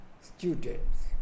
Students